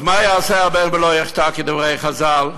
אז מה יעשה הבן ולא יחטא, כדברי חז"ל?